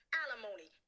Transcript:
alimony